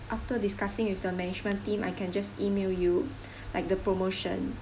after discussing with the management team I can just email you like the promotion